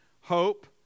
Hope